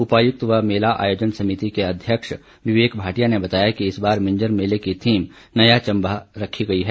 उपायुक्त व मेला आयोजन समिति के अध्यक्ष विवेक भाटिया ने बताया कि इस बार मिंजर मेले की थीम नया चंबा रखी गई है